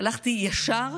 הלכתי ישר,